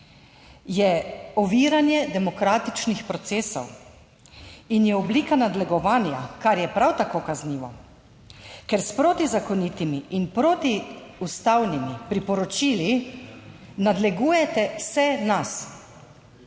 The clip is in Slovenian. je oviranje demokratičnih procesov in je oblika nadlegovanja, kar je prav tako kaznivo, ker s protizakonitimi in proti ustavnimi priporočili nadlegujete vse nas.